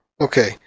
okay